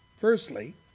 Firstly